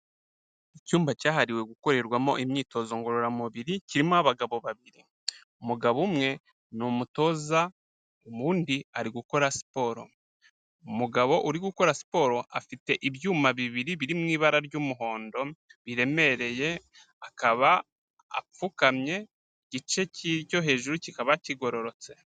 Icyumba cyahariwe gukorerwamo imyitozo ngororamubiri kirimo abagabo babiri. Umugabo umwe n' umutoza undi ari gukora siporo. Umugabo uri gukora siporo afite ibyuma bibiri biri mu ibara ry'umuhondo biremereye akaba apfukamye igice cyo hejuru kikaba kigororotse.